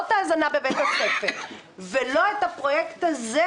לא את ההזנה בבית הספר ולא את הפרויקט הזה,